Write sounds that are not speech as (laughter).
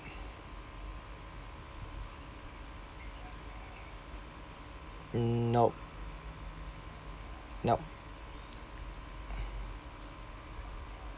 (breath) mm nope nope (breath)